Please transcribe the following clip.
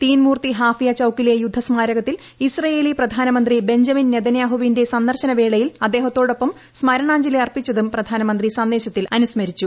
Teen Murti Haifa ചൌക്കിലെ യുദ്ധ സ്മാരകത്തിൽ ഇസ്രേയേലി പ്രധാനമന്ത്രി ബഞ്ചമിൻ നെതന്യാഹൂവിന്റെ സന്ദർശന വേളയിൽ അദ്ദേഹത്തോടൊപ്പം സ്മരണാഞ്ജലി അർപ്പിച്ചതും പ്രധാനമന്ത്രി സന്ദേശത്തിൽ അനുസ്മരിച്ചു